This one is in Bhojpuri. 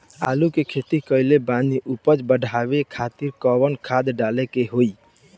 आलू के खेती कइले बानी उपज बढ़ावे खातिर कवन खाद डाले के होई?